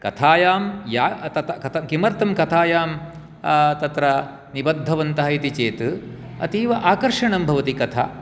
कथायां या किमर्थं कथायां तत्र निबद्धवन्तः इति चेत् अतीव आकर्षणं भवति कथा